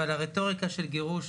אבל הרטוריקה של גירוש,